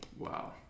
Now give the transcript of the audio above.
Wow